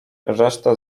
resztę